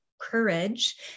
courage